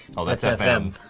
oh, that's fm.